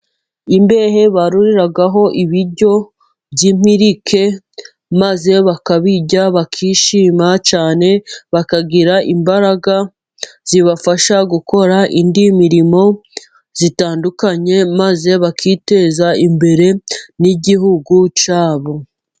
Imbehe baruriraho ibiryo by'impirike, maze bakabirya bakishima cyane, bakagira imbaraga zibafasha gukora indi mirimo itandukanye, maze bakiteza imbere n'igihugu cyabo.